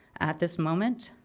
at this moment,